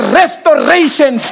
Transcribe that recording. restoration